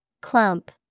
Clump